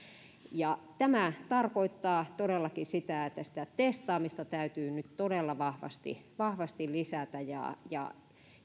tämä tarkoittaa todellakin sitä että testaamista täytyy nyt todella vahvasti vahvasti lisätä ja ja